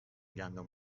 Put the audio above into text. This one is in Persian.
گندم